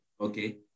okay